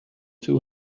too